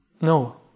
No